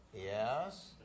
Yes